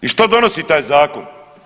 I što donosi taj zakon?